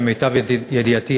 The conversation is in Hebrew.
למיטב ידיעתי,